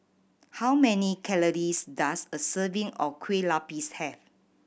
how many calories does a serving of kue lupis have